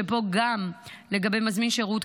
גם לגבי מזמין שירות,